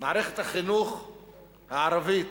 מערכת החינוך הערבית,